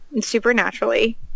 supernaturally